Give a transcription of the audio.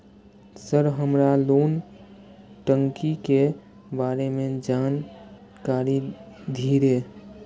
Sir हमरा loan टंगी के बारे में जान कारी धीरे?